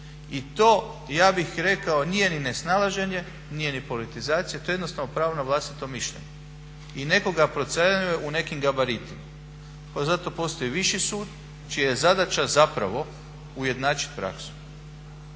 I to ja bih rekao nije ni nesnalaženje, nije ni politizacija, to je jednostavno na vlastito mišljenje. I nekoga procjenjuje u nekim gabaritima. Pa zato postoji viši sud čija je zadaća zapravo ujednačiti praksu.